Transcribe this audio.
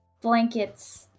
blankets